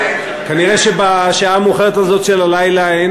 כנראה בשעה המאוחרת הזאת של הלילה אין